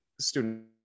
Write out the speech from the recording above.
student